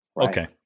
Okay